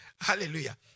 hallelujah